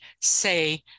say